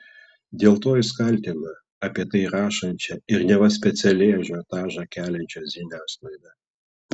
dėl to jis kaltina apie tai rašančią ir neva specialiai ažiotažą keliančią žiniasklaidą